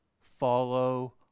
follow